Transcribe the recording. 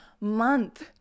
month